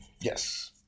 Yes